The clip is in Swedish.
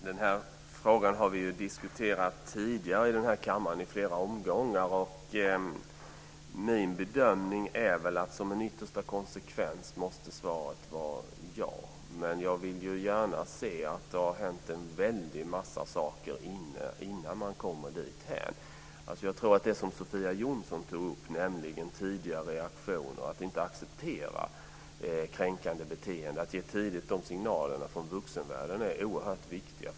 Herr talman! Den frågan har vi ju diskuterat tidigare i den här kammaren i flera omgångar. Min bedömning är väl att som en yttersta konsekvens måste svaret vara ja. Men jag vill gärna se att det här hänt en väldig massa saker innan man kommer dithän. Jag tror att det som Sofia Jonsson tog upp, nämligen tidiga reaktioner, att tidigt ge de signalerna från vuxenvärlden att man inte accepterar kränkande beteende, är oerhört viktiga.